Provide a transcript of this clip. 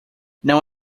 não